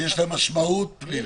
שיש להן משמעות פלילית.